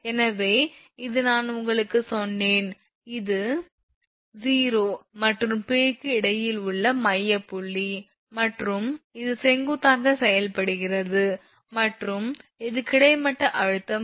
எனவே இது நான் உங்களுக்குச் சொன்னேன் இது O மற்றும் P க்கு இடையில் உள்ள மையப்புள்ளி மற்றும் அது செங்குத்தாக செயல்படுகிறது மற்றும் இது கிடைமட்ட அழுத்தம் H